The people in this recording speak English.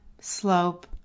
slope